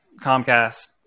Comcast